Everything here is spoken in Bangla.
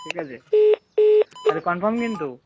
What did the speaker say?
ঠিক আছে তাহলে কনফার্ম কিন্তু